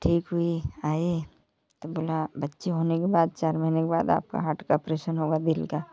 ठीक हुई आई तो बोला बच्चे होने के बाद चार महीने के बाद आपका हार्ट का आपरेशन होगा दिल का